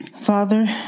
Father